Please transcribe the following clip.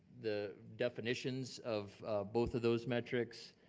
the definitions of both of those metrics